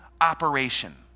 operation